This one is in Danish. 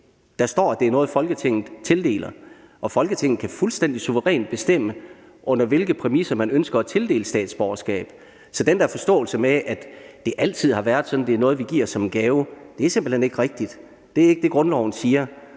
Der står, at det er noget, Folketinget tildeler, og Folketinget kan fuldstændig suverænt bestemme, under hvilke præmisser man ønsker at tildele statsborgerskab. Så den der forståelse om, at det altid har været sådan, og at det er noget, vi giver som en gave, er simpelt hen ikke rigtig. Det er ikke det, grundloven siger.